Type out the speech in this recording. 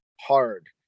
hard